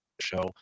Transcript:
show